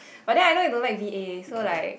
but then I know you don't like b_a so like